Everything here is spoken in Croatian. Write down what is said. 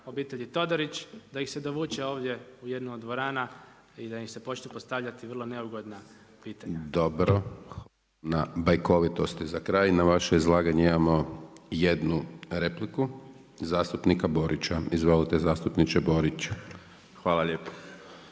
obitelji Todorić, da ih se dovuče ovdje u jednu od dvorana i da im se počne postavljati vrlo neugodna pitanja. **Hajdaš Dončić, Siniša (SDP)** Dobro na bajkovitosti. Na vaše izlaganje imamo jednu repliku zastupnika Borića. Izvolite zastupniče Borić. **Borić,